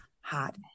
hot